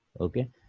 Okay